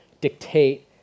dictate